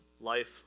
life